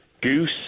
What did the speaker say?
Goose